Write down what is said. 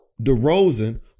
DeRozan